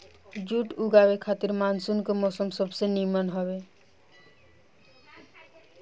जुट उगावे खातिर मानसून के मौसम सबसे निमन हवे